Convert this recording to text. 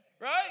Right